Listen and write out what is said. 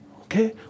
Okay